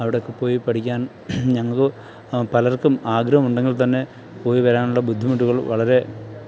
അവിടെയൊക്കെ പോയി പഠിക്കാൻ ഞങ്ങൾക്ക് പലർക്കും ആഗ്രഹമുണ്ടെങ്കിൽ തന്നെ പോയി വരാനുള്ള ബുദ്ധിമുട്ടുകൾ വളരെ